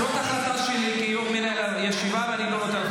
אם אתה שומע מה שאני מסביר,